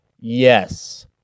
yes